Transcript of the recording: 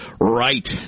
Right